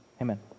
Amen